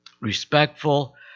Respectful